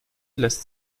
lässt